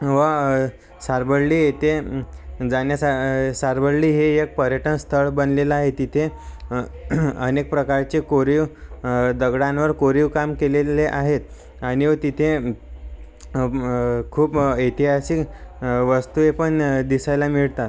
व सारवडली येथे जाण्याचा सारवडली हे एक पर्यटन स्थळ बनलेला आहे तिथे अनेक प्रकारचे कोरीव दगडांवर कोरीव काम केलेले आहेत आणि व तिथे खूप ऐतिहासिक वस्तु पण दिसायला मिळतात